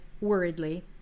worriedly